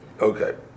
Okay